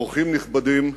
אורחים נכבדים,